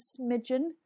smidgen